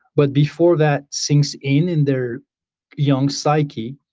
but before that sinks in in their young psyche,